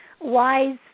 wise